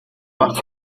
más